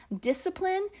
Discipline